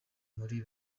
muri